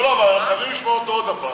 אבל חייבים לשמוע אותו עוד הפעם,